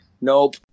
Nope